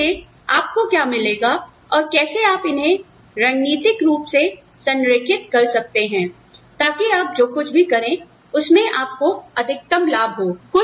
उसमें से आपको क्या मिलेगा और कैसे आप इन्हें रणनीतिक रूप से संरेखित कर सकते हैं ताकि आप जो कुछ भी करें उसमें आपको अधिकतम लाभ हो